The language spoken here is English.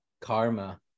Karma